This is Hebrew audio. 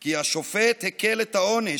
כי השופט הקל את העונש,